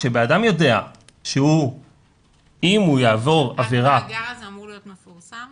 כשאדם יודע שאם הוא יעבור עבירה --- המאגר הזה אמור להיות מפורסם?